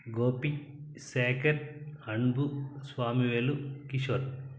Gopi Shekhar Ambu Swamivelu Kishore